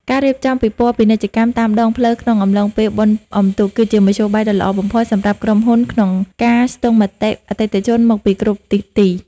ការរៀបចំពិព័រណ៍ពាណិជ្ជកម្មតាមដងផ្លូវក្នុងអំឡុងពេលបុណ្យអុំទូក គឺជាមធ្យោបាយដ៏ល្អបំផុតសម្រាប់ក្រុមហ៊ុនក្នុងការស្ទង់មតិអតិថិជនមកពីគ្រប់ទិសទី។